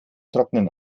trocknen